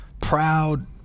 proud